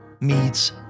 meets